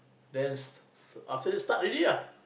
then s~ after that start already lah